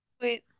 Wait